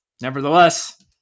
nevertheless